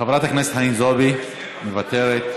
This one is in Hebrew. חברת הכנסת חנין זועבי, מוותרת,